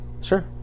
Sure